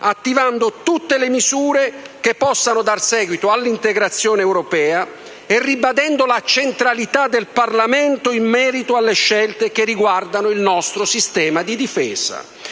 attivando tutte le misure che possano dar seguito all'integrazione europea e ribadendo la centralità del Parlamento in merito alle scelte che riguardano il nostro sistema di difesa.